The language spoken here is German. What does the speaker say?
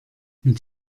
mit